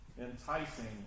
enticing